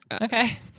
okay